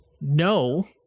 no